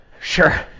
sure